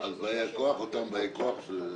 באי הכוח הם אותם באי הכוח.